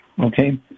okay